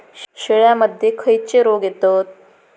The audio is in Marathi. शेळ्यामध्ये खैचे रोग येतत?